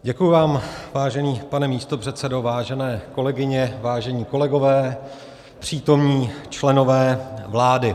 Děkuji vám, vážený pane místopředsedo, vážené kolegyně, vážení kolegové, přítomní členové vlády.